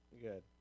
Good